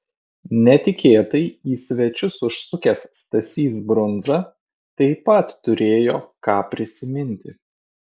netikėtai į svečius užsukęs stasys brundza taip pat turėjo ką prisiminti